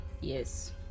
Yes